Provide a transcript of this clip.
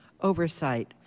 oversight